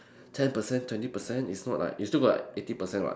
ten percent twenty percent it's not like you still got eighty percent [what]